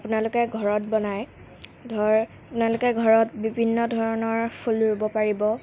আপোনালোকে ঘৰত বনাই ধৰক আপোনালোকে ঘৰত বিভিন্ন ধৰণৰ ফুল ৰুব পাৰিব